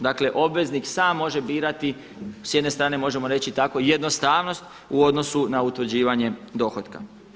Dakle, obveznik sam može birati s jedne strane možemo reći tako jednostavnost u odnosu na utvrđivanje dohotka.